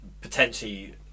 potentially